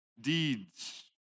deeds